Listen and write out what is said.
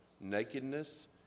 nakedness